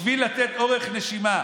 בשביל לתת אורך נשימה,